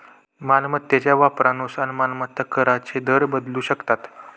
मालमत्तेच्या वापरानुसार मालमत्ता कराचे दर बदलू शकतात